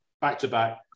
back-to-back